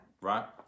right